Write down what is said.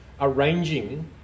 arranging